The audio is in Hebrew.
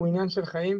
הוא עניין של חיים,